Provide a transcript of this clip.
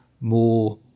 more